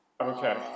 Okay